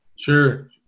Sure